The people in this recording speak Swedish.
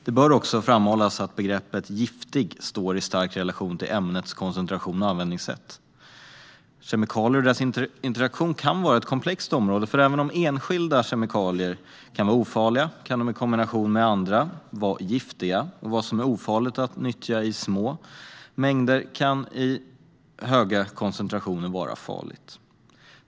Det bör också framhållas att begreppet "giftig" står i stark relation till ämnets koncentration och användningssätt. Men kemikalier och deras interaktion kan vara ett komplext område, för även om enskilda kemikalier kan vara ofarliga kan de i kombination med andra vara giftiga. Och vad som är ofarligt att nyttja i små mängder kan i höga koncentrationer vara farligt.